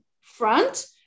front